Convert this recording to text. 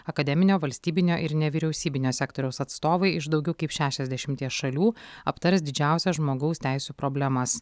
akademinio valstybinio ir nevyriausybinio sektoriaus atstovai iš daugiau kaip šešiasdešimties šalių aptars didžiausias žmogaus teisių problemas